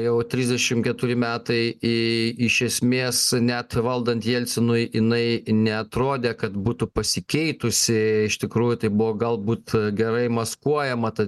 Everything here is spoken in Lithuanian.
jau trisdešimt keturi metai į iš esmės net valdant jelcinui jinai neatrodė kad būtų pasikeitusi iš tikrųjų tai buvo galbūt gerai maskuojama ta